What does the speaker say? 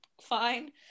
fine